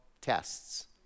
tests